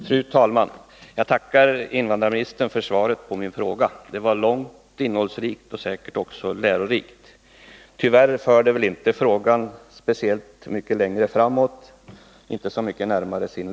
Fru talman! Jag tackar invandrarministern för svaret på min fråga. Det var långt, innehållsrikt och säkert också lärorikt. Men tyvärr för det inte frågan mycket närmare dess lösning.